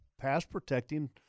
pass-protecting